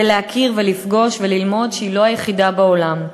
בלהכיר ולפגוש וללמוד שהיא לא היחידה בעולם.